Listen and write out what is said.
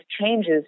changes